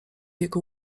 jego